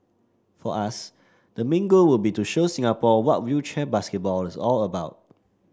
for us the main goal would be to show Singapore what wheelchair basketball is all about